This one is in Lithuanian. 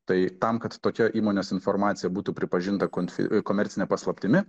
tai tam kad tokia įmonės informacija būtų pripažinta konfi komercine paslaptimi